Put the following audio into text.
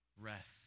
rest